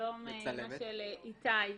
שלום אימא של איתי.